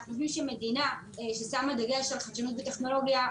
אנחנו חושבים שמדינה ששמה דגש על חדשנות וטכנולוגיה,